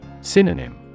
Synonym